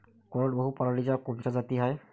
कोरडवाहू पराटीच्या कोनच्या जाती हाये?